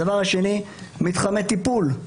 הדבר השני, מתחמי טיפול,